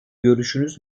görüşünüz